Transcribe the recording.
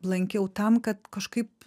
lankiau tam kad kažkaip